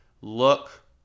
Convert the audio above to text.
Look